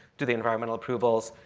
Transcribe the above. do the environmental approvals.